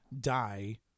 die